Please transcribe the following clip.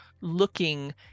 looking